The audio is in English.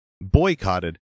boycotted